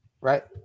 Right